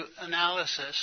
analysis